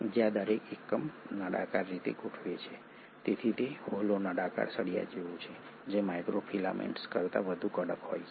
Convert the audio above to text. જ્યાં દરેક એકમ નળાકાર રીતે ગોઠવે છે તેથી તે હોલો નળાકાર સળિયા જેવું છે જે માઇક્રોફિલામેન્ટ્સ કરતા વધુ કડક હોય છે